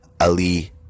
ali